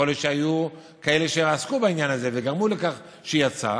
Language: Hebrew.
יכול להיות שהיו כאלה שעסקו בעניין הזה וגרמו לכך שהיא יצאה,